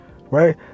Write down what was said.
right